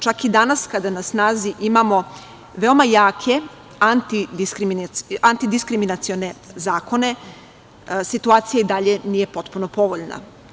Čak i danas kada na snazi imamo veoma jake antidiskriminacione zakone situacija i dalje nije potpuno povoljna.